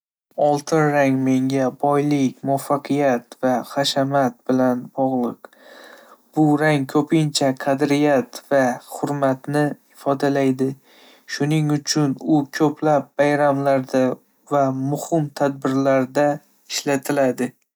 Oltin rang menga boylik, muvaffaqiyat va hashamat bilan bog'liq. Bu rang ko'pincha qadriyat va hurmatni ifodalaydi, shuning uchun u ko'plab bayramlarda va muhim tadbirlarda ishlatiladi.